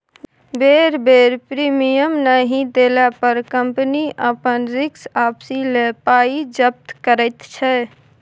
बेर बेर प्रीमियम नहि देला पर कंपनी अपन रिस्क आपिस लए पाइ जब्त करैत छै